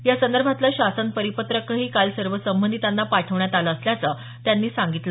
यासंदर्भातलं शासन परिपत्रकही काल सर्व संबंधितांना पाठवण्यात आलं असल्याचं त्यांनी सांगितलं